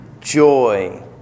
Joy